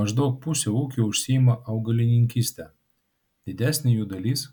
maždaug pusė ūkių užsiima augalininkyste didesnė jų dalis